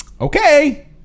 okay